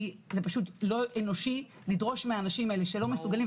כי זה פשוט לא אנושי לדרוש מהאנשים האלה שלא מסוגלים,